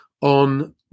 on